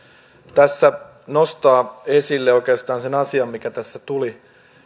tässä nostaa esille oikeastaan sen asian mikä tässä tuli